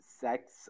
sex